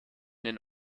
den